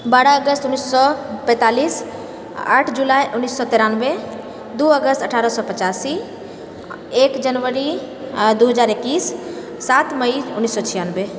बारह अगस्त उन्नीस पैंतालिस आठ जुलाइ उन्नैस सए तिरानवे दू अगस्त अठारह सए पचासी एक जनवरी दू हजार एकैस सात मई उन्नैस सए छिआनबे